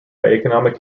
economic